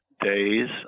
days